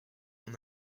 mon